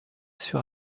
sur